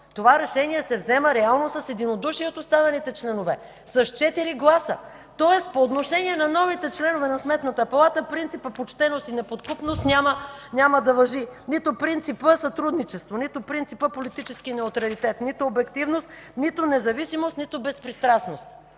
това решение се взема реално с единодушие от останалите членове – с четири гласа. Тоест, по отношение на новите членове на Сметната палата принципът „почтеност и неподкупност” няма да важи, нито принципът „сътрудничество”, нито принципът „политически неутралитет”, нито обективност, нито независимост, нито безпристрастност.